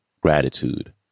gratitude